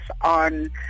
on